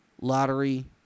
lottery